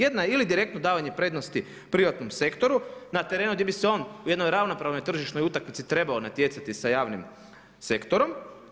Jedna je ili direktno davanje prednosti privatnom sektoru na terenu gdje bi se on u jednoj ravnopravnoj tržišnoj utakmici trebao natjecati sa javnim sektorom.